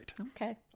Okay